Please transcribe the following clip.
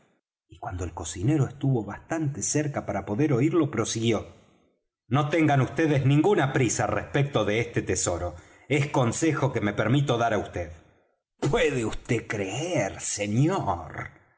y cuando el cocinero estuvo bastante cerca para poder oirlo prosiguió no tengan vds ninguna prisa respecto de este tesoro es consejo que me permito dar á vd puede vd creer señor